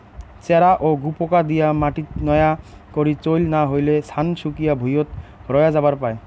চ্যারা ও গুপোকা দিয়া মাটিত নয়া করি চইল না হইলে, ছান শুকিয়া ভুঁইয়ত রয়া যাবার পায়